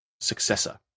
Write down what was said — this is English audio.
successor